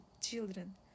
children